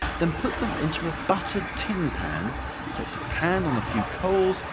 then put them into a buttered tin pan, set the pan on a few coals,